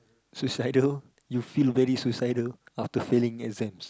suicidal you feel very suicidal after failing exams